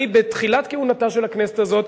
בתחילת כהונתה של הכנסת הזאת,